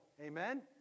Amen